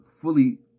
fully